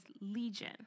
Legion